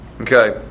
Okay